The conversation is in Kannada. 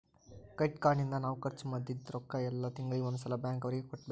ಕ್ರೆಡಿಟ್ ಕಾರ್ಡ್ ನಿಂದ ನಾವ್ ಖರ್ಚ ಮದಿದ್ದ್ ರೊಕ್ಕ ಯೆಲ್ಲ ತಿಂಗಳಿಗೆ ಒಂದ್ ಸಲ ಬ್ಯಾಂಕ್ ಅವರಿಗೆ ಕಟ್ಬೆಕು